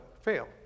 fail